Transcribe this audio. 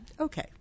Okay